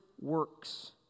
works